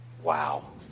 Wow